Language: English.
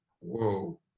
Whoa